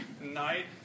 night